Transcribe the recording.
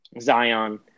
zion